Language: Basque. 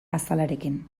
azalarekin